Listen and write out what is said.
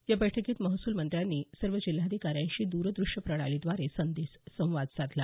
या बैठकीत महसूल मंत्र्यांनी सर्व जिल्हाधिकाऱ्यांशी दुरद्रष्यप्रणालीद्वारे संवाद साधला